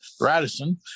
Radisson